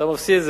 אתה מפסיד.